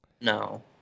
No